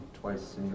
twice